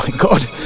god!